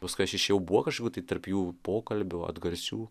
kai aš išėjau buvo kažkokių tai tarp jų pokalbių atgarsių